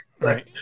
Right